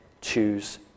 choose